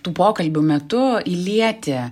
tų pokalbių metu įlieti